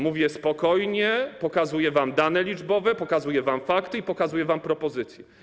Mówię spokojnie, pokazuję wam dane liczbowe, pokazuję wam fakty i pokazuję wam propozycje.